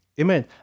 Amen